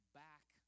back